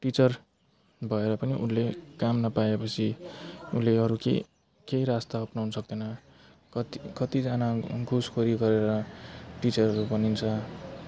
teacher भएर पनि उसले काम नपाएपछि उसले अरू केही केही रास्ता अपनाउनु सक्दैन कति कतिजना घुसखोरी गरेर टिचरहरू बनिन्छ